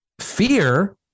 fear